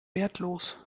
wertlos